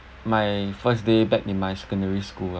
my first day back in my secondary school lah